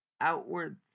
outward